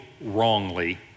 wrongly